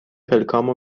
پلکامو